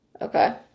Okay